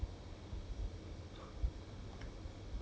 你以为全部东西跟着那本书看就可以 liao mah